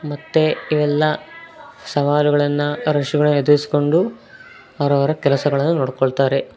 ಮತ್ತು ಇವೆಲ್ಲ ಸವಾಲುಗಳನ್ನು ರಶ್ಗಳ್ನ ಎದುರ್ಸ್ಕೊಂಡು ಅವ್ರ ಅವರ ಕೆಲಸಗಳನ್ನು ನೋಡಿಕೊಳ್ತ್ತಾರೆ